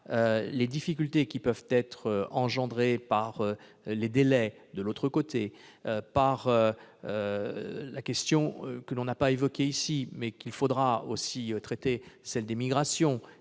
les difficultés qui pourraient être engendrées par les délais de l'autre côté et par la question, qui n'a pas été évoquée ici mais qu'il faudra bien traiter, des migrations,